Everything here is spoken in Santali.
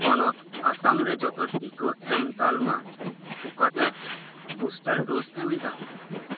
ᱯᱚᱱᱚᱛ ᱟᱥᱟᱢ ᱨᱮ ᱡᱚᱴᱚ ᱴᱤᱠᱟᱹ ᱮᱢ ᱛᱟᱞᱢᱟ ᱚᱠᱟᱴᱟᱜ ᱵᱩᱥᱴᱟᱨ ᱰᱚᱥ ᱮᱢᱮᱫᱟ